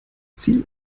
ziel